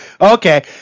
Okay